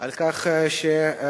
על כך שהוביל